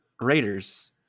raiders